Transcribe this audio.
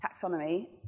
taxonomy